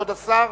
כבוד השר?